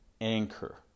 anchor